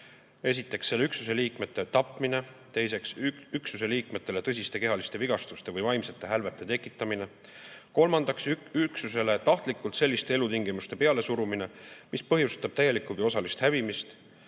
Esiteks, selle üksuse liikmete tapmine. Teiseks, üksuse liikmetele tõsiste kehaliste vigastuste või vaimsete hälvete tekitamine. Kolmandaks, üksusele tahtlikult selliste elutingimuste pealesurumine, mis põhjustab [üksuse] täielikku või osalist hävimist.